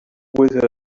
with